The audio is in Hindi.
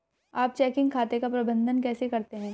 आप चेकिंग खाते का प्रबंधन कैसे करते हैं?